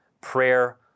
Prayer